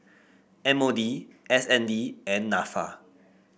M O D S N D and NAFA